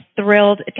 thrilled